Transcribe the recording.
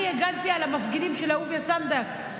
אני הגנתי על המפגינים של אהוביה סנדק,